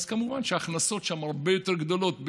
אז כמובן שההכנסות שם הרבה יותר גדולות.